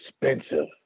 expensive